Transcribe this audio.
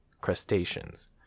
crustaceans